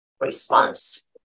response